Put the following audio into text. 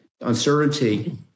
uncertainty